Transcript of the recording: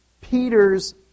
Peter's